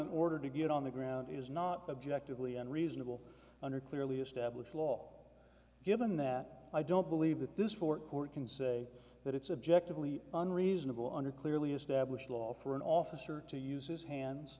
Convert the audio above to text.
an order to get on the ground is not objectively and reasonable under clearly established law given that i don't believe that this four court can say that it's objective only unreasonable under clearly established law for an officer to use his hands